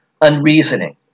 unreasoning